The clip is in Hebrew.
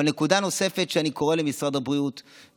אבל נקודה נוספת: אני קורא למשרד הבריאות,